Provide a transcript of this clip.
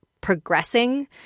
progressing